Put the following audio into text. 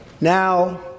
Now